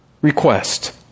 request